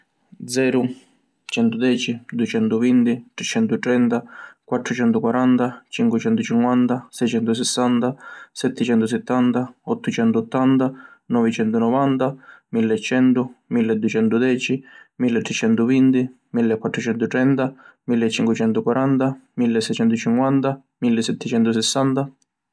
Zeru, Centudeci, Ducentuvinti, Tricentutrenta, Quattrucentuquaranta, Cincucentucinquanta, Secentusissanta, Setticentusittanta, Ottucentuottanta, Novicentunovanta, Milli e centu, Milli e ducentudeci, Milli e tricentuvinti, Milli e quattrucentutrenta, Milli e cincucentuquaranta, Milli e secentucinquanta, Milli e setticentusissanta…